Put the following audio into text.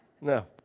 No